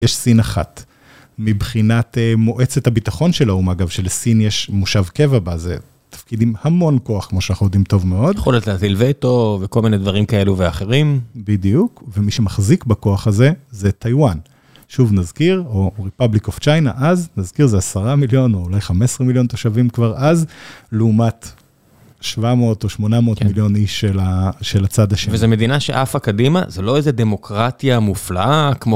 יש סין אחת, מבחינת מועצת הביטחון של האום, אגב, שלסין יש מושב קבע בזה, תפקיד עם המון כוח, כמו שאנחנו יודעים, טוב מאוד. יכול להיות להטיל ווטו, וכל מיני דברים כאלו ואחרים. בדיוק, ומי שמחזיק בכוח הזה זה טיוואן. שוב נזכיר, או ריפאבליק אוף צ'יינה, אז, נזכיר, זה עשרה מיליון או אולי חמש עשרה מיליון תושבים כבר אז, לעומת 700 או 800 מיליון איש של הצד השני. וזה מדינה שעפה קדימה, זה לא איזה דמוקרטיה מופלאה, כמו...